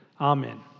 Amen